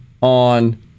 on